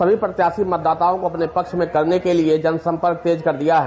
सभी प्रत्याशी मतदाताओं को अपने पक्ष में करने के लिये जनसम्पर्क तेज कर दिया है